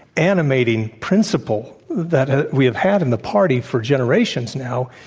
animating principle that we have had in the party for generations now,